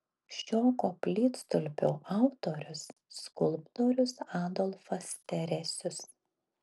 šio koplytstulpio autorius skulptorius adolfas teresius